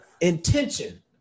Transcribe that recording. intention